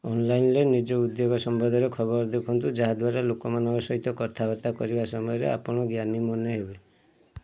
ଅନ୍ଲାଇନ୍ରେ ନିଜ ଉଦ୍ୟୋଗ ସମ୍ବନ୍ଧରେ ଖବର ଦେଖନ୍ତୁ ଯାହାଦ୍ୱାରା ଲୋକମାନଙ୍କ ସହିତ କଥାବାର୍ତ୍ତା କରିବା ସମୟରେ ଆପଣ ଜ୍ଞାନୀ ମନେ ହେବେ